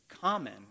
common